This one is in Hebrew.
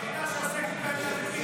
זו הסיעה היחידה שעוסקת בעלייה וקליטה.